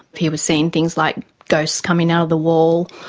he was seeing things like ghosts coming out of the wall,